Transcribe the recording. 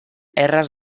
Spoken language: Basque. erraz